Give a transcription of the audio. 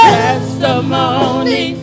testimony